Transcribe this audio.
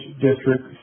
District